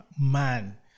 man